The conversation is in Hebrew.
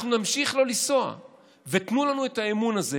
אנחנו נמשיך לא לנסוע ותנו לנו את האמון הזה.